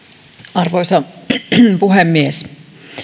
arvoisa puhemies